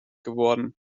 geworden